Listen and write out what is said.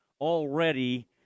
already